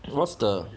what's the